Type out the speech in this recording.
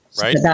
Right